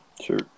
Sure